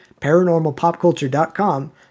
ParanormalPopCulture.com